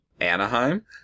Anaheim